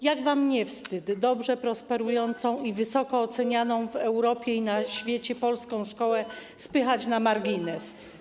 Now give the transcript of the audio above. Jak wam nie wstyd dobrze prosperującą i wysoko ocenianą w Europie i na świecie polską szkołę spychać na margines?